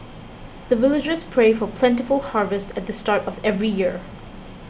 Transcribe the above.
the villagers pray for plentiful harvest at the start of every year